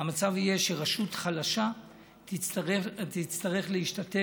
המצב יהיה שרשות חלשה תצטרך להשתתף